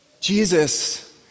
Jesus